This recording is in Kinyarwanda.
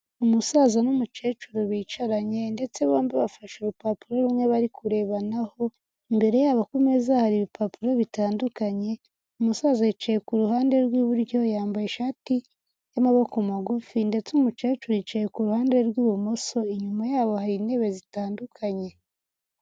Umusaza n'umukecuru bicaranye, ndetse bombi bafashe urupapuro rumwe bari kurebanaho. Imbere yabo ku meza hari ibipapuro bitandukanye, umusaza yicaye ku ruhande rw'iburyo yambaye ishati y'amaboko magufi ndetse umukecuru yicaye ku ruhande rw'ibumoso inyuma yabo hari intebe zitandukanye.